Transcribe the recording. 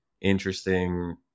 interesting